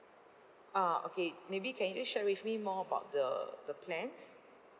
ah okay maybe can you share with me more about the the plans